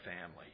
family